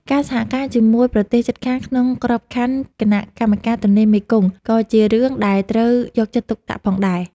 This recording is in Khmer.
ការសហការជាមួយប្រទេសជិតខាងក្នុងក្របខ័ណ្ឌគណៈកម្មការទន្លេមេគង្គក៏ជារឿងដែលត្រូវយកចិត្តទុកដាក់ផងដែរ។